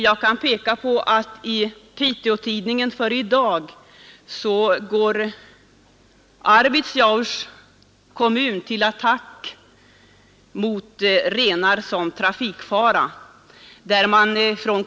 Jag kan hänvisa till Piteå-Tidningen, där Arvidsjaurs kommun i dag går till attack mot den trafikfara som renar utgör.